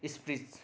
Spitz